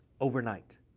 overnight